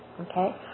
Okay